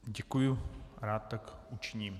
Děkuji, rád tak učiním.